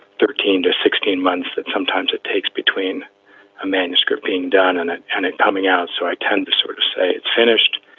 thirteen to sixteen months that sometimes it takes between a manuscript being done and it and it coming out. so i tend to sort of say it's finished,